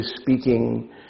speaking